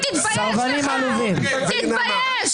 הצבעה לא אושרה נפל.